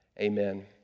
Amen